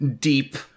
deep